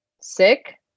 sick